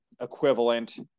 equivalent